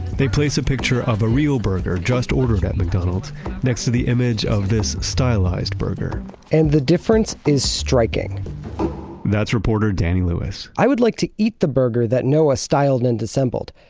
they place a picture of a real burger just ordered at mcdonald's next to the image of this stylized burger and the difference is striking that's reporter danny lewis i would like to eat the burger that noah styled and assembled.